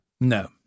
No